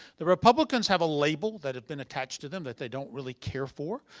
the republicans have a label that have been attached to them that they don't really care for.